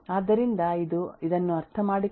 ಆದ್ದರಿಂದ ಇದು ಇದನ್ನು ಅರ್ಥಮಾಡಿಕೊಳ್ಳುವುದು ಕಷ್ಟ